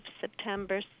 September